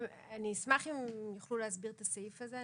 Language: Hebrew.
אשמח אם הנציבות יוכלו להסביר את הסעיף הזה.